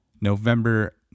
November